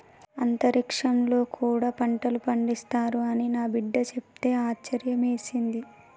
అంతరిక్షంలో కూడా పంటలు పండిస్తారు అని నా బిడ్డ చెప్తే ఆశ్యర్యమేసింది